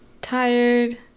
tired